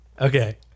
Okay